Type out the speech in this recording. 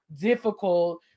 difficult